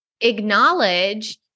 acknowledge